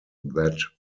that